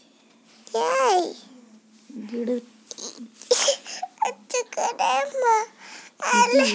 ಗಿಡದ ಟ್ವಂಗ್ಯಾಗ ಮತ್ತ ಎಲಿಮ್ಯಾಲ ತುತಾಗಿದ್ದು ಗಿಡ್ದ ರಸಾಹಿರ್ಕೊಡ್ಹಂಗ ಆಗಿರ್ತೈತಿ ಇದರಿಂದ ಕಿಟ ಐತಿ ಅಂತಾ ಗೊತ್ತಕೈತಿ